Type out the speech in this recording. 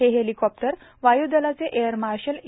हे हेलीकॉप्टर वाय्दलाचे air marshal ए